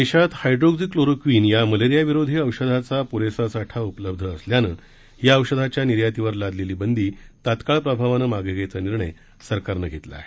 देशात hydroxychloroquine या मलेरियाविरोधी औषधाचा पुरेसा साठा उपलब्ध असल्यानं या औषधांच्या निर्यातीवर लादलेली बंदी तात्काळ प्रभावान मागे घ्यायचा निर्णय सरकारन घेतला आहे